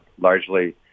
largely